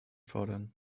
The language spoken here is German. fordern